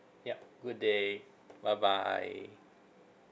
yup good day bye bye